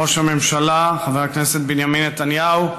ראש הממשלה חבר הכנסת בנימין נתניהו,